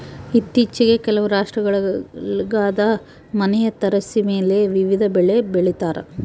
ಇತ್ತೀಚಿಗೆ ಕೆಲವು ರಾಷ್ಟ್ರಗುಳಾಗ ಮನೆಯ ತಾರಸಿಮೇಲೆ ವಿವಿಧ ಬೆಳೆ ಬೆಳಿತಾರ